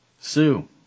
Sue